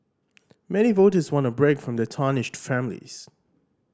many voters want a break from the tarnished families